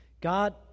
God